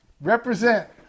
Represent